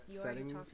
settings